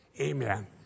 Amen